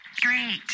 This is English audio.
Great